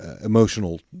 emotional